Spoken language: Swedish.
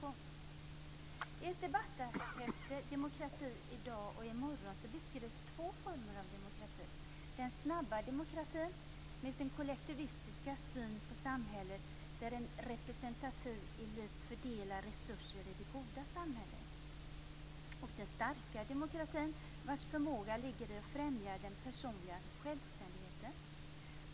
I ett debatthäfte, Demokrati i dag och i morgon, beskrivs två former av demokrati: den snabba demokratin, med sin kollektivistiska samhällssyn, där en representativ elit fördelar resurser i det goda samhället, och den starka demokratin, vars förmåga ligger i att främja den personliga självständigheten.